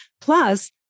plus